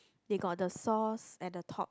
they got the sauce at the top